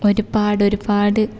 ഒരുപാട് ഒരുപാട്